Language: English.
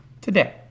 today